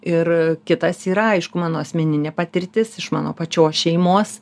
ir kitas yra aišku mano asmeninė patirtis iš mano pačios šeimos